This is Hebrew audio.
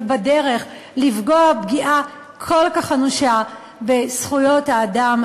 ובדרך לפגוע פגיעה כל כך אנושה בזכויות האדם,